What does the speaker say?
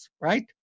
right